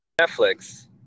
Netflix